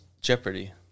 Jeopardy